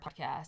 podcast